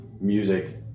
music